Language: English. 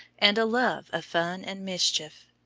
and a love of fun and mischief.